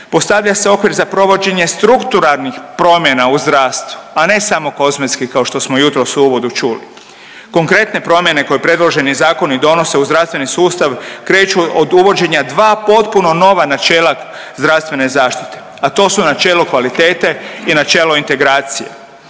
postavlja se okvir za provođenje strukturalnih promjena u zdravstvu, a ne samo kozmetski kao što smo jutros u uvodu čuli. Konkretne promjene koje predloženi zakoni donose u zdravstveni sustav kreću od uvođenja dva potpuno nova načela zdravstvene zaštite, a to su načelo kvalitete i načelo integracije.